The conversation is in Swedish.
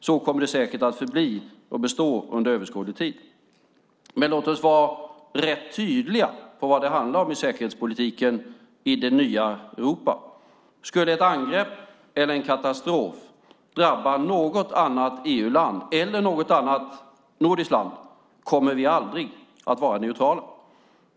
Så kommer det säkert att förbli under överskådlig tid. Men låt oss vara rätt tydliga om vad det handlar om i säkerhetspolitiken i det nya Europa. Skulle ett angrepp eller en katastrof drabba något annat EU-land eller något annat nordiskt land kommer vi aldrig att vara neutrala.